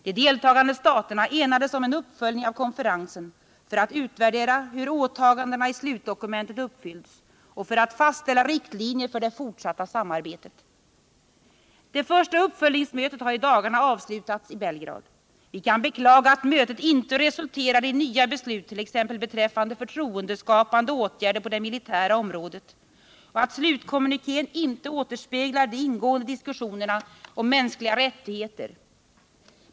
De deltagande staterna enades om en uppföljning av konferensen för att utvärdera hur åtagandena i slutdokumentet uppfyllts och för att fastställa riktlinjer för det fortsatta samarbetet. Det första uppföljningsmötet har i dagarna avslutats i Belgrad. Vi kan beklaga att mötet inte resulterade i nya beslut t.ex. beträffande förtroendeskapande åtgärder på det militära området och att slutkommunikén inte återspeglar de ingående diskussionerna om mänskliga rättigheter.